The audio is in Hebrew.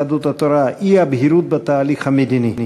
יהדות התורה: אי-בהירות בתהליך המדיני.